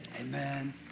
amen